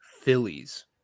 Phillies